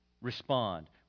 respond